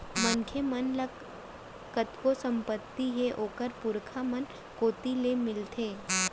मनखे मन ल कतको संपत्ति ह ओखर पुरखा मन कोती ले मिलथे